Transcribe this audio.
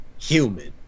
human